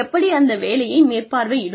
எப்படி அந்த வேலையை மேற்பார்வையிடும்